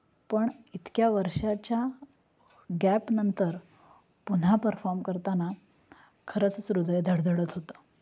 पण इतक्या वर्षाच्या गॅपनंतर पुन्हा परफॉर्म करताना खरंचच हृदय धडधडत होतं